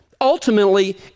ultimately